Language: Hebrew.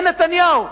זה נתניהו.